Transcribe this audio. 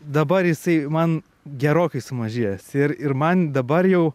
dabar jisai man gerokai sumažėjęs ir ir man dabar jau